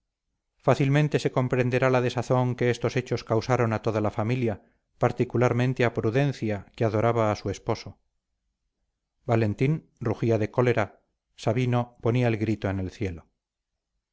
fácilmente se comprenderá la desazón que estos hechos causaron a toda la familia particularmente a prudencia que adoraba a su esposo valentín rugía de cólera sabino ponía el grito en el cielo